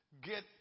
get